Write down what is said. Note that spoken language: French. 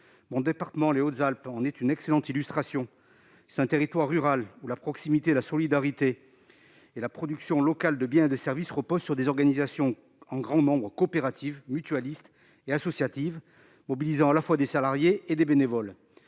Mon département, les Hautes-Alpes, en offre une excellente illustration. C'est un territoire rural, où la proximité, la solidarité et la production locale de biens et de services reposent sur un grand nombre d'organisations coopératives, mutualistes et associatives, mobilisant à la fois des salariés et des bénévoles.